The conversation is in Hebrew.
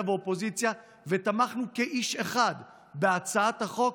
ואופוזיציה ותמכנו כאיש אחד בהצעת החוק,